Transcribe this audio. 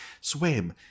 swim